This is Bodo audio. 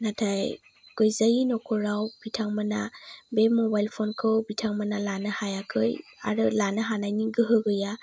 नाथाय गैजायि न'खराव बिथांमोनहा बे मबाइल फनखौ बिथांमोनहा लानो हानायनि गोहो गैया